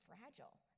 fragile